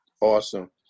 Awesome